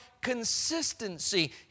consistency